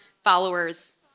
followers